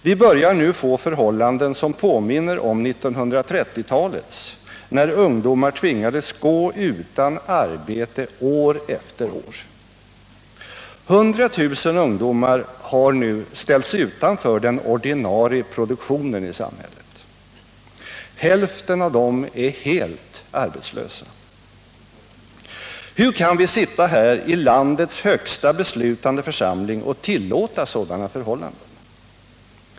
Vi börjar nu få förhållanden som påminner om 1930-talets, när ungdomar tvingades gå utan arbete år efter år. 100 000 ungdomar har nu ställts utanför den ordinarie produktionen, hälften av dem är helt arbetslösa. Hur kan vi sitta här i landets högsta beslutande församling och tillåta sådana förhållanden?